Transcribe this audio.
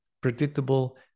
predictable